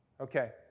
Okay